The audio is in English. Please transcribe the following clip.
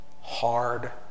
hard